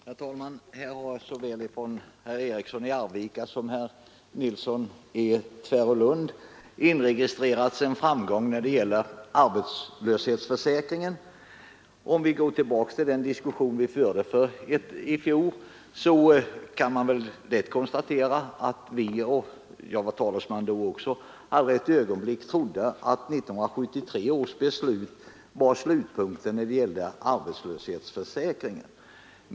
Herr talman! Såväl herr Eriksson i Arvika som herr Nilsson i Tvärålund har velat inregistrera en framgång när det gäller arbetslöshetsförsäkringen. Om vi går tillbaka till den diskussion som vi förde — jag var talesman för socialdemokraterna i den här frågan då också — kan vi lätt konstatera att vi aldrig ett ögonblick trodde att 1973 års beslut var slutpunkten när det gällde arbetslöshetsförsäkringen.